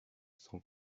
son